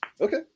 Okay